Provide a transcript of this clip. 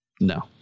No